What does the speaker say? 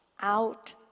out